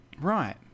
Right